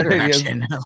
action